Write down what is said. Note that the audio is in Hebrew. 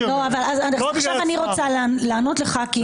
באותם מקומות אנחנו יודעים שכעומק האקטיביזם